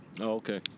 Okay